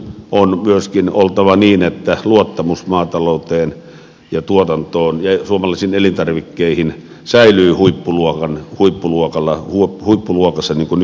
on myöskin oltava niin että luottamus maatalouteen ja tuotantoon ja suomalaisiin elintarvikkeisiin säilyy huippuluokassa niin kuin nykyäänkin